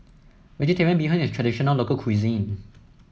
vegetarian Bee Hoon is a traditional local cuisine